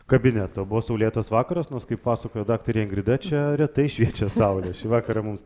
kabineto buvo saulėtas vakaras nors kaip pasakojo daktarė ingrida čia retai šviečia saulė šį vakarą mums